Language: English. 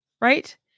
Right